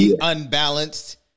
unbalanced